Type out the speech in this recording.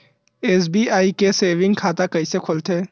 SBI के saving खाता कइसे खोलथे?